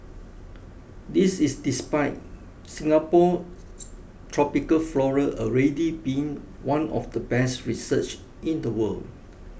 this is despite Singapore tropical flora already being one of the best researched in the world